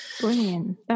Brilliant